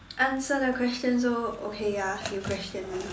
answer the questions so okay ya you question me